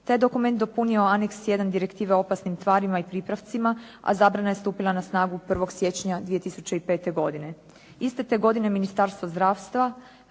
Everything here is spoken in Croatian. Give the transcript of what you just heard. Taj je dokument dopunio Anex I Direktive o opasnim tvarima i pripravcima, a zabrana je stupila na snagu 1. siječnja 2005. godine.